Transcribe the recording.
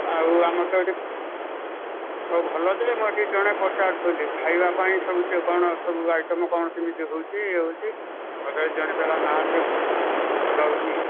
ଆଉ ଆମର ତ ଏଠି ସବୁ ଭଲ ଯେ ମୁଁ ଏଠି ଜଣେ ପଚାରୁଥିଲେ ଖାଇବା ପାଇଁ ସବୁ କ'ଣ ସବୁ ଆଇଟମ କ'ଣ ସେମିତି ହେଉଛି ଇଏ ହେଉଛି ମୋତେ ଜଣେ କହିଲା ନା ସେ ଭଲ ହେଉଛି